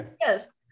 yes